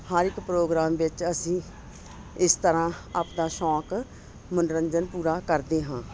ਹਰ ਇੱਕ ਪ੍ਰੋਗਰਾਮ ਵਿੱਚ ਅਸੀਂ ਇਸ ਤਰ੍ਹਾਂ ਆਪਣਾ ਸ਼ੌਂਕ ਮਨੋਰੰਜਨ ਪੂਰਾ ਕਰਦੇ ਹਾਂ